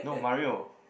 no Mario